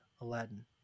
Aladdin